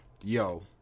yo